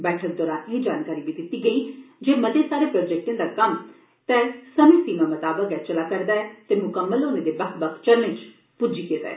बैठक दौरान एह जानकारी दित्ती गेई जे मते सारे प्रोजेक्टें दा कम्म तैय समें सीमा मताबक गै चलै करदा ऐ ते म्कम्मल होने दे बक्ख बक्ख चरणें च प्ज्जी गेदा ऐ